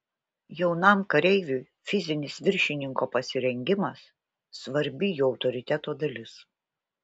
jaunam kareiviui fizinis viršininko pasirengimas svarbi jo autoriteto dalis